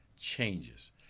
changes